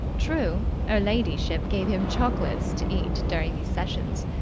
true, er ladyship gave him chocolates to eat during these sessions,